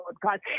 God